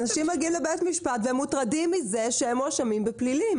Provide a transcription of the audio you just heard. אנשים מגיעים לבית משפט והם מוטרדים מזה שהם מואשמים בפלילים.